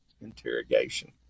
interrogation